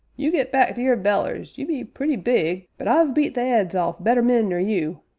you get back to your bellers you be purty big, but i've beat the eads off better men nor you